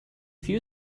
few